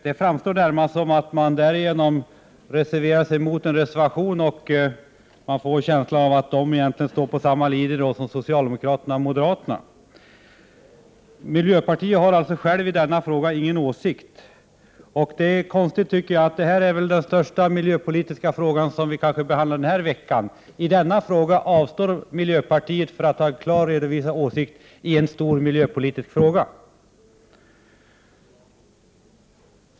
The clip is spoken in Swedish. Det framstår närmast som att man därigenom reserverat sig mot en reservation, och jag får en känsla av att man egentligen står på samma linje som socialdemokraterna och moderaterna. Miljöpartiet har alltså ingen egen åsikt i denna fråga. Det tycker jag är konstigt — det här är den kanske största miljöpolitiska fråga som vi behandlar den här veckan, men i denna stora miljöfråga avstår miljöpartiet från att redovisa en klar åsikt!